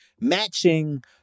matching